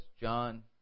John